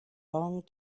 long